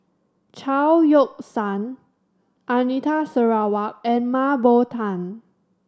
Chao Yoke San Anita Sarawak and Mah Bow Tan